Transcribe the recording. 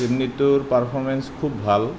চিমনিটোৰ performance খুব ভাল